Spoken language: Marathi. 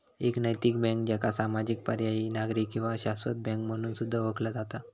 एक नैतिक बँक, ज्याका सामाजिक, पर्यायी, नागरी किंवा शाश्वत बँक म्हणून सुद्धा ओळखला जाता